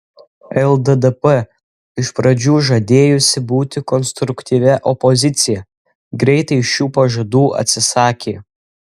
lddp iš pradžių žadėjusi būti konstruktyvia opozicija greitai šių pažadų atsisakė